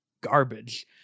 garbage